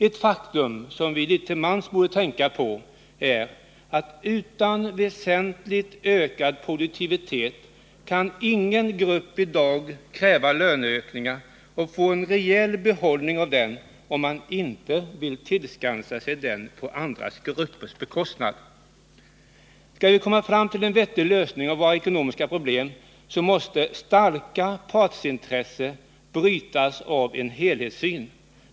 Ett faktum som vi litet till mans borde tänka på är ”att utan väsentligt ökad produktivitet kan ingen grupp i dag kräva löneökningar och få en reell behållning av dem om man inte vill tillskansa sig den på andra gruppers bekostnad”. Skall vi komma fram till en vettig lösning av våra ekonomiska problem, så måste starka partsintressen brytas av en helhetssyn.